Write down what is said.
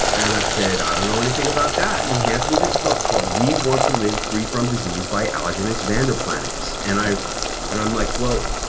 and i said, i don't know anything about that. and he hands me this book called we want to live free from disease by aajonus vonderplanitz. and and i'm like, well,